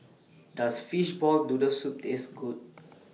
Does Fishball Noodle Soup Taste Good